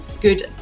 good